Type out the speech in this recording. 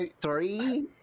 Three